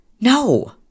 no